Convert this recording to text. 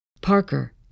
Parker